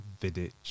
Vidic